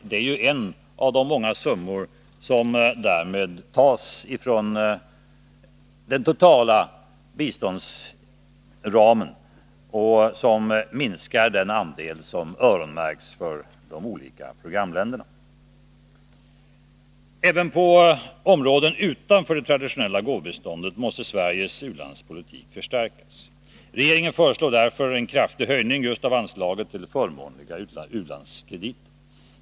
Det är ju en av många summor som 35 därmed tas från den del av biståndsramen som öronmärkts för de olika programländerna. Även på områden utanför det traditionella gåvobiståndet måste Sveriges u-landspolitik förstärkas. Regeringen föreslår därför en kraftig höjning just av anslaget till förmånliga u-landskrediter.